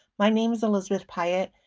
my name is elizabeth pyatt.